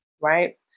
right